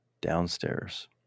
Downstairs